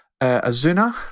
Azuna